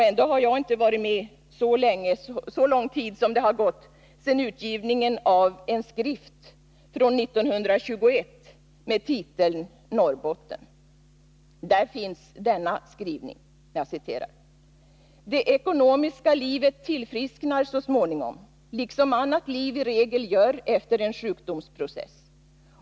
Ändå har jag inte varit med under så lång tid som gått sedan utgivningen av en skrift år 1921 med titeln ”Norrbotten”. Där finns följande skrivning: ”Det ekonomiska livet tillfrisknar så småningom, liksom annat liv i regel gör efter en sjukdomsprocess.